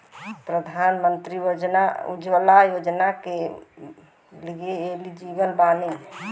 प्रधानमंत्री उज्जवला योजना के लिए एलिजिबल बानी?